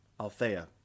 Althea